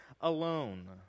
alone